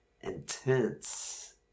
intense